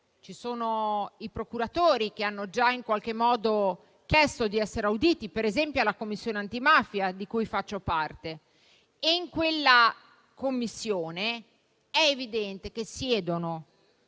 I procuratori hanno già chiesto di essere auditi, per esempio dalla Commissione antimafia di cui faccio parte, e in quella Commissione è evidente che siedono